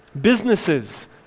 Businesses